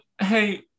hey